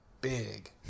big